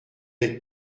être